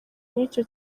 n’icyo